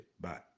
Bye